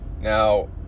now